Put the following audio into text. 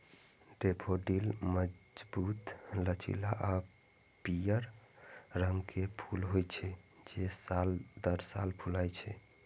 daffodil मजबूत, लचीला आ पीयर रंग के फूल होइ छै, जे साल दर साल फुलाय छै